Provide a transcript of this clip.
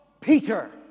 Peter